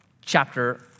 chapter